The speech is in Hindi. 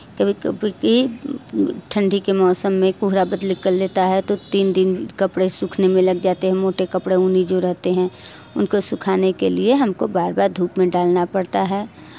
कभी कभी कि ठण्डी के मौसम में कोहरा बदली कर लेता है तो तीन दिन कपड़े सूखने में लग जाते हैं मोटे कपड़े ऊनी जो रहते हैं उनको सूखाने के लिए हमको बार बार धूप में डालना पड़ता है